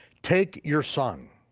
take your son,